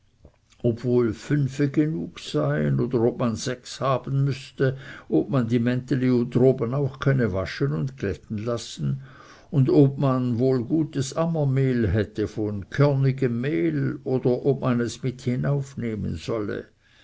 wohl fünfe genug seien oder ob man sechs haben müßte ob man die mänteli droben auch könnte waschen und glätten lassen und ob man wohl gutes ammermehl hätte von körnigem mehl oder ob es mit hinaufnehmen solle